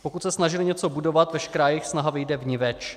Pokud se snažili něco budovat, veškerá jejich snaha vyjde vniveč.